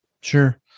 Sure